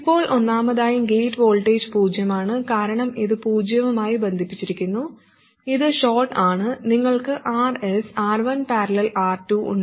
ഇപ്പോൾ ഒന്നാമതായി gate voltage പൂജ്യമാണ് കാരണം ഇത് പൂജ്യവുമായി ബന്ധിപ്പിച്ചിരിക്കുന്നു ഇത് ഷോർട്ട് ആണ് നിങ്ങൾക്ക് Rs R1 || R2 ഉണ്ട്